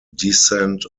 descent